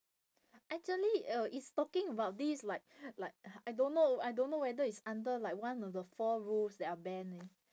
actually uh is talking about this like like I don't know I don't know whether is under like one of the four rules that are ban leh